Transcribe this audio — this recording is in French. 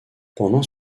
pendant